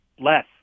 less